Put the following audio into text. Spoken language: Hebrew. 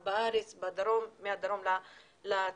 בארץ, מהדרום לצפון.